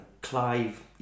Clive